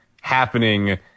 happening